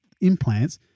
implants